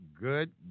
good